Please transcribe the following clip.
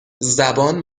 زبان